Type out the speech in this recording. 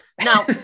Now